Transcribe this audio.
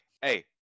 hey